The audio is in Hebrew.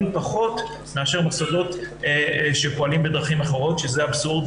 פחות מאשר מוסדות שפועלים בדרכים אחרות שזה אבסורד,